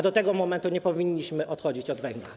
Do tego momentu nie powinniśmy odchodzić od węgla.